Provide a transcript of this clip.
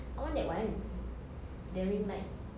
I want that one the rim light